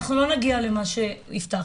אנחנו לא נגיע למה שהבטחתם.